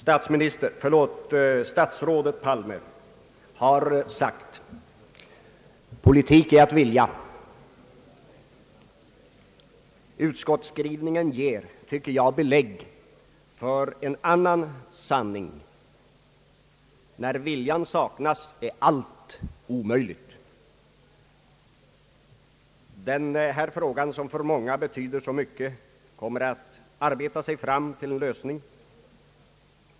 Statsminister, förlåt statsrådet Palme har sagt: »Politik är att vilja.» Utskottsskrivningen ger, tycker jag, belägg för en annan sanning: »När viljan saknas är allt omöjligt.» Den fråga som nu behandlas och som för många betyder så mycket, kommer att arbeta sig fram till en lösning.